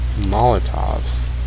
Molotovs